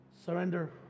Surrender